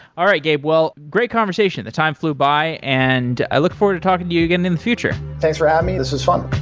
all right gabe, well great conversation. the time flew by and i look forward to talking to you again in the future thanks for having um me. this was fun.